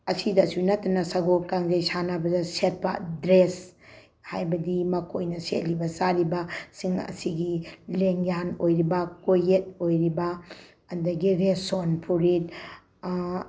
ꯑꯁꯤꯗꯁꯨ ꯅꯠꯇꯅ ꯁꯒꯣꯜ ꯀꯥꯡꯖꯩ ꯁꯥꯟꯅꯕꯗ ꯁꯦꯠꯄ ꯗ꯭ꯔꯦꯁ ꯍꯥꯏꯕꯗꯤ ꯃꯈꯣꯏꯅ ꯁꯦꯠꯂꯤꯕ ꯆꯥꯔꯤꯕꯁꯤꯡ ꯑꯁꯤꯒꯤ ꯂꯦꯡꯌꯥꯟ ꯑꯣꯏꯔꯤꯕ ꯀꯣꯛꯌꯦꯠ ꯑꯣꯏꯔꯤꯕ ꯑꯗꯒꯤ ꯔꯦꯁꯣꯟ ꯐꯨꯔꯤꯠ